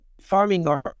farming